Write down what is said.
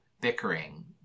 bickering